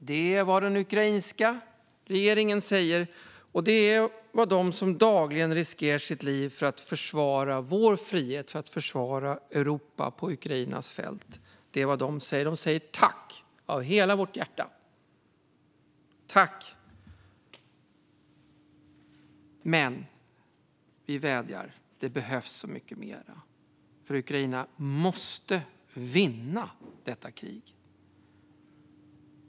Det är vad den ukrainska regeringen säger. Och det är vad de som dagligen riskerar sitt liv för att försvara vår frihet och för att försvara Europa på Ukrainas fält säger. De säger: Tack, av hela vårt hjärta! Men det behövs mycket mer, för Ukraina måste vinna detta krig.